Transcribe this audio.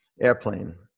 airplane